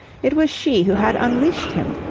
it was she who had unleashed him.